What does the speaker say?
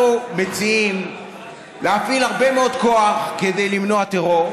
אנחנו מציעים להפעיל הרבה מאוד כוח כדי למנוע טרור,